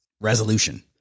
resolution